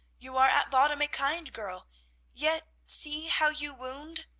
you are at bottom a kind girl yet see how you wound!